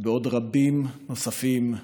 בעוד רבים נוספים.